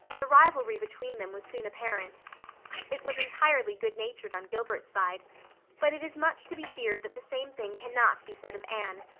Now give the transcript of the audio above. the rivalry between them was soon apparent it was entirely good natured on gilbert's side but it is much to be feared that the same thing cannot be said of anne,